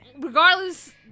Regardless